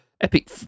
Epic